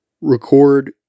record